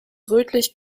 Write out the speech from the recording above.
rötlich